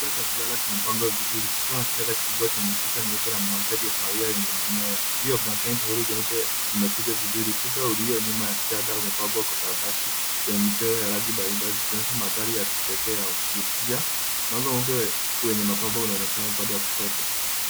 Chumba cha kulala kimepangwa vizuri kikiwa kitanda kikubwa cenye shuka nyeupe na blanketi ya kahawia yenye manyoya. Juu ya blanketi taulo nyeupe zimekunjwa vizuri, ukuta ulio nyuma ya kitanda umepambwa kwa karatasi yenye michoro ya rangi mbalimbali zikionyesha mandhari ya kipekee ya kuvutia. Mlango mweupe wenye mapambo unaonekana upande wa kushoto.